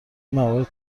موارد